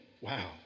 Wow